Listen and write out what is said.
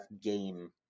game